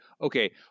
okay